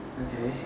okay